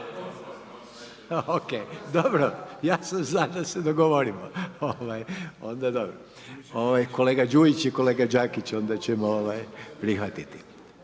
Ok. Dobro. Ja sam za da se dogovorimo. Onda dobro. Kolega Đujić i kolega Đakić, onda ćemo prihvatiti.